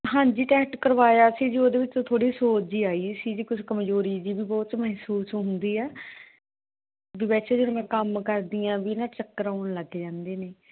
ਹਾਂਜੀ ਟੈਸਟ ਕਰਵਾਇਆ ਸੀ ਜੀ ਉਹਦੇ ਵਿੱਚ ਥੋੜ੍ਹੀ ਸੋਜ ਜਿਹੀ ਆਈ ਸੀ ਜੀ ਕੁਛ ਕਮਜ਼ੋਰੀ ਜੀ ਵੀ ਬਹੁਤ ਮਹਿਸੂਸ ਹੁੰਦੀ ਹੈ ਵੈਸੇ ਜਦੋਂ ਮੈਂ ਕੰਮ ਕਰਦੀ ਹਾਂ ਵੀ ਨਾ ਚੱਕਰ ਆਉਣ ਲੱਗ ਜਾਂਦੇ ਨੇ